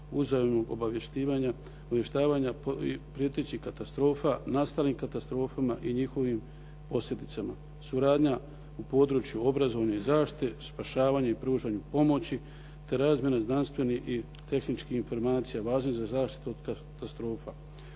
uzajamnog obavještavanja prijetećih katastrofa, nastalim katastrofama i njihovim posljedicama. Suradnja u području obrazovne zaštite, spašavanju i pružanju pomoći te razmjene znanstvenih i tehničkih informacija važnih za zaštitu katastrofa.